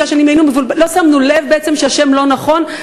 לא שמנו לב בעצם שהשם לא נכון?